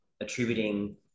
attributing